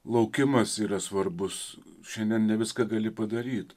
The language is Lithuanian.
laukimas yra svarbus šiandien ne viską gali padaryt